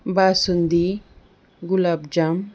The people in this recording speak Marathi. बासुंदी गुलाबजाम